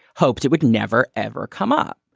hopes it would never, ever come up.